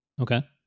Okay